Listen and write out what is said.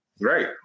right